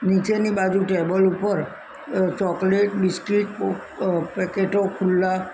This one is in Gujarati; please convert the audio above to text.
નીચેની બાજુ ટેબલ ઉપર ચોકલેટ બિસ્કિટ કોક પેકેટો ખુલ્લા